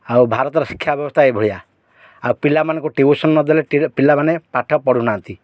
ଆଉ ଭାରତର ଶିକ୍ଷା ବ୍ୟବସ୍ଥା ଏଭଳିଆ ଆଉ ପିଲାମାନଙ୍କୁ ଟିଉସନ୍ ନଦେଲେ ପିଲାମାନେ ପାଠ ପଢ଼ୁନାହାନ୍ତି